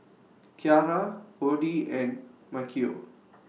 Kiarra Oddie and Maceo